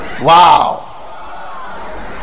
Wow